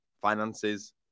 finances